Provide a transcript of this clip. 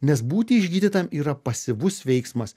nes būti išgydytam yra pasyvus veiksmas